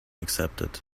accepted